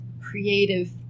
creative